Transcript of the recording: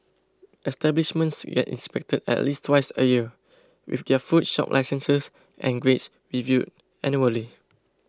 establishments get inspected at least twice a year with their food shop licences and grades reviewed annually